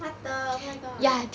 what the oh my god